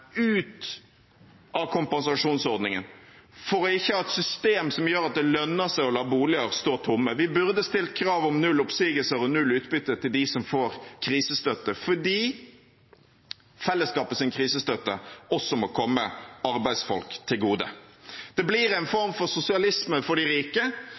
ut av kompensasjonsordningen for ikke å ha et system som gjør at det lønner seg å la boliger stå tomme. Vi burde stilt krav om null oppsigelser og null utbytte til dem som får krisestøtte, fordi fellesskapets krisestøtte også må komme arbeidsfolk til gode. Det blir en form for sosialisme for de rike,